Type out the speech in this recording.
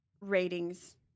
ratings